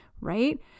right